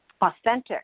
authentic